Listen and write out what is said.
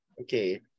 Okay